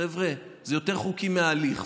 חבר'ה, זה יותר חוקי מההליך.